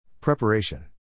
Preparation